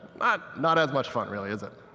not not as much fun really, is it?